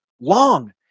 long